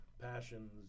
passions